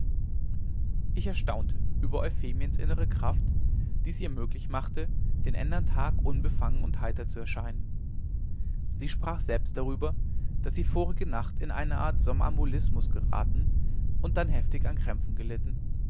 ich erstaunte über euphemiens innere kraft die es ihr möglich machte den ändern tag unbefangen und heiter zu scheinen sie sprach selbst darüber daß sie vorige nacht in eine art somnambulismus geraten und dann heftig an krämpfen gelitten